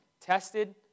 tested